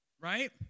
right